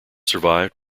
survived